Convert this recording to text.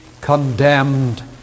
condemned